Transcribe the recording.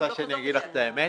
את רוצה שאני אומר לך את האמת?